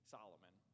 Solomon